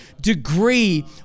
degree